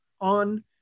on